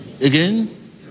Again